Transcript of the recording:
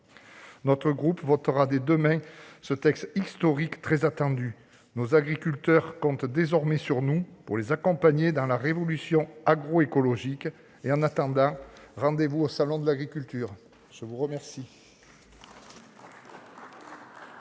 Notre groupe votera des deux mains ce texte historique très attendu. Nos agriculteurs comptent désormais sur nous pour les accompagner dans la révolution agroécologique. En attendant, je vous donne rendez-vous au Salon de l'agriculture ! Conformément